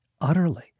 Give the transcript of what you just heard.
utterly